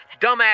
Dumbass